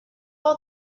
all